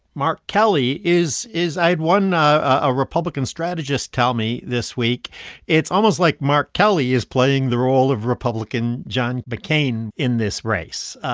mark kelly, is is i had one ah ah republican strategist tell me this week it's almost like mark kelly is playing the role of republican john mccain in this race.